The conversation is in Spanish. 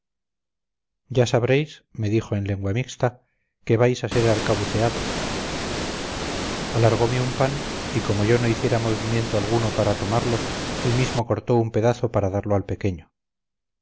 ya sabréis me dijo en lengua mixta que vais a ser arcabuceado alargome un pan y como yo no hiciera movimiento alguno para tomarlo él mismo cortó un pedazo para darlo al pequeño